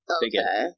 okay